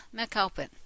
McAlpin